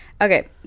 Okay